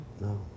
No